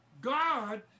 God